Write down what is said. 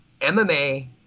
MMA